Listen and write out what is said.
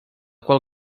qual